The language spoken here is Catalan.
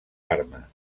armes